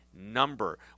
number